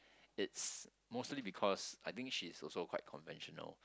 it's mostly because I think she's also quite conventional